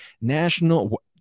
national